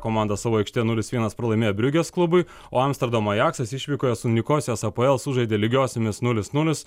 komanda savo aikštėje nulis vienas pralaimėjo briugės klubui o amsterdamo ajaksas išvykoje su nikosijos apoel sužaidė lygiosiomis nulis nulis